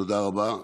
תודה רבה.